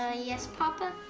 ah yes, papa?